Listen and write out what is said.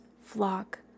flock